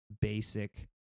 basic